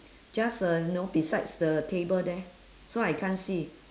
just uh you know besides the table there so I can't see